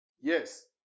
yes